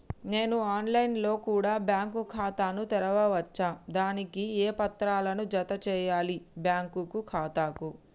నేను online లో కూడా బ్యాంకు ఖాతా ను తెరవ వచ్చా? దానికి ఏ పత్రాలను జత చేయాలి బ్యాంకు ఖాతాకు?